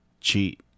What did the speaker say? cheat